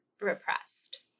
repressed